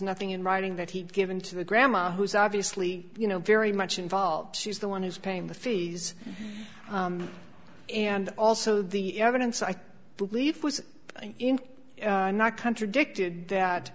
nothing in writing that he'd given to the grandma who's obviously you know very much involved she's the one who's paying the fees and also the evidence i believe was not contradicted that